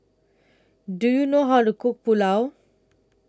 Do YOU know How to Cook Pulao